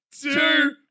Two